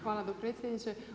Hvala dopredsjedniče.